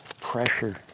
pressure